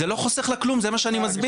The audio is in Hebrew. זה לא חוסך לה כלום, זה מה שאני מסביר.